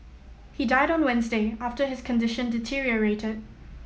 he died on Wednesday after his condition deteriorated